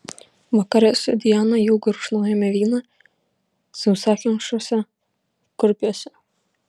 vakare su diana jau gurkšnojome vyną sausakimšuose kurpiuose